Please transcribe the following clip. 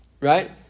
Right